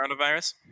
coronavirus